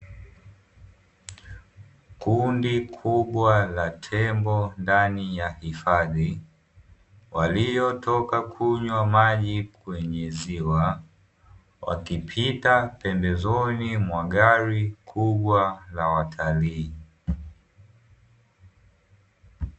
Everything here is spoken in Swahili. Kundi kubwa la tembo ndani ya hifadhi. Waliotoka kunywa maji kwenye ziwa. Wakipita pembezoni mwa gari kubwa la watalii.